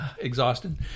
exhausted